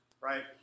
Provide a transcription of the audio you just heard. right